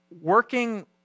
working